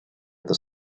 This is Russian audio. это